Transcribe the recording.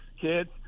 kids